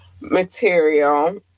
material